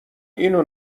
اینو